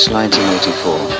1984